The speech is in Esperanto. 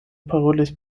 parolis